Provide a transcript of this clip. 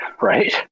right